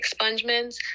expungements